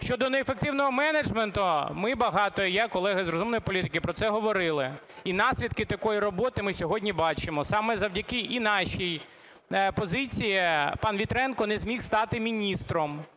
Щодо неефективного менеджменту, ми багато і я, колеги з "розумної політики" про це говорили. І наслідки такої роботи ми сьогодні бачимо: саме завдяки і нашій позиції пан Вітренко не зміг стати міністром.